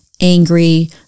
Angry